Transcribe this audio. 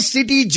City